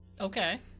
Okay